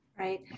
Right